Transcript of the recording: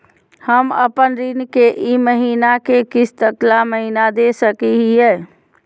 हम अपन ऋण के ई महीना के किस्त अगला महीना दे सकी हियई?